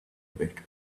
bit